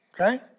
okay